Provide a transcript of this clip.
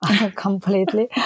completely